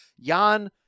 Jan